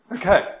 Okay